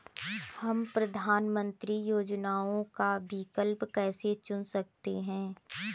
हम प्रधानमंत्री योजनाओं का विकल्प कैसे चुन सकते हैं?